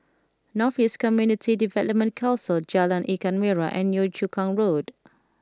North East Community Development Council Jalan Ikan Merah and Yio Chu Kang Road